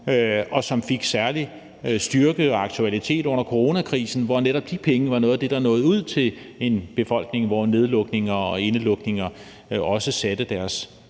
og det fik særlig styrke og aktualitet under coronakrisen, hvor netop de penge var noget af det, der nåede ud til en befolkning, hvor nedlukninger og indelukninger også satte deres